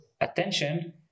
attention